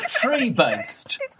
tree-based